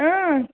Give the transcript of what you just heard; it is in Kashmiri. اۭں